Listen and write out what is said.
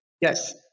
Yes